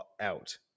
out